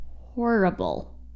horrible